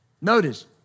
Notice